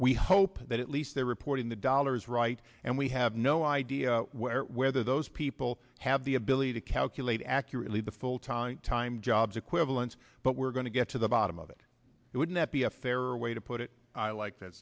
we hope that at least they're reporting the dollars right and we have no idea where whether those people have the ability to calculate accurately the full time time jobs equivalence but we're going to get to the bottom of it wouldn't that be a fairer way to put it like that